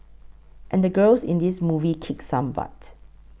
and the girls in this movie kick some butt